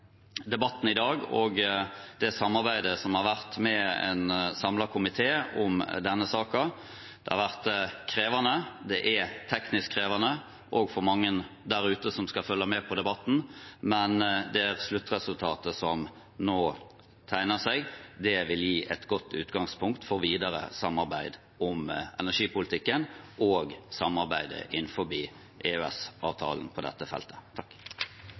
debatten i dag og det samarbeidet som har vært med en samlet komité om denne saken. Det har vært krevende – det er teknisk krevende – også for mange der ute som skal følge med på debatten. Men det sluttresultatet som nå tegner seg, vil gi et godt utgangspunkt for videre samarbeid om energipolitikken og samarbeidet innenfor EØS-avtalen på dette feltet. Jeg vil også si hjertelig takk